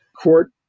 Court